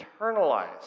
internalize